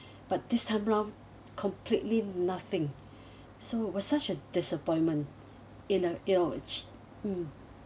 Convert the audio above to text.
but this time round completely nothing so was such a disappointment in the you know mm